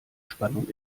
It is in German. spannung